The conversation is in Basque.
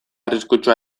arriskutsua